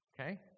okay